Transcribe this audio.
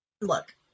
look